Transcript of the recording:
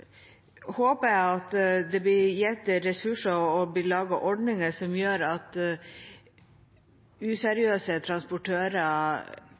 håper jeg at det blir gitt ressurser og lagd ordninger som gjør at useriøse transportører